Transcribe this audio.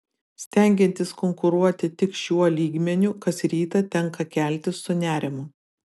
stengiantis konkuruoti tik šiuo lygmeniu kas rytą tenka keltis su nerimu